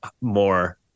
more